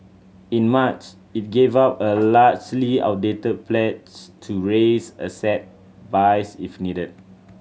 in March it gave up a largely outdated pledge to raise asset buys if needed